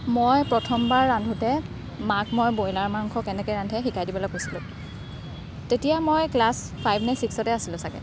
মই প্ৰথমবাৰ ৰান্ধোতে মাক মই ব্ৰইলাৰ মাংস কেনেকৈ ৰান্ধে শিকাই দিবলৈ কৈছিলোঁ তেতিয়া মই ক্লাছ ফাইভ নে ছিক্সতে আছিলোঁ চাগৈ